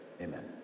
amen